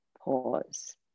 pause